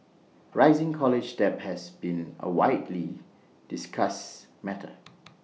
rising college debt has been A widely discussed matter